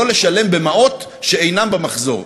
לא לשלם במעות שאינן במחזור,